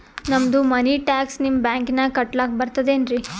ನಮ್ದು money tax ನಿಮ್ಮ ಬ್ಯಾಂಕಿನಾಗ ಕಟ್ಲಾಕ ಬರ್ತದೇನ್ರಿ?